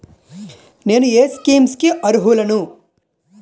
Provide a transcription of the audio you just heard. నేను ఏ స్కీమ్స్ కి అరుహులను?